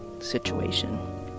situation